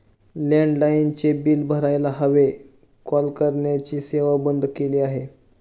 लँडलाइनचे बिल भरायला हवे, कॉल करण्याची सेवा बंद केली आहे